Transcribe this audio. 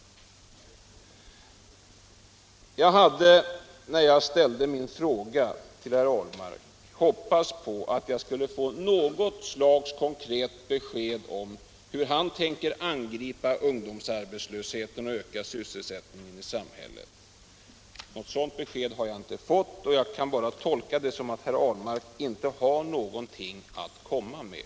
Jag hade, när jag ställde min fråga till herr Ahlmark, hoppats på att jag skulle få något slags konkret besked om hur han tänker angripa ungdomsarbetslösheten och öka sysselsättningen i samhället. Något sådant besked har jag inte fått, och jag kan bara tolka det som att herr Ahlmark inte har någonting att komma med.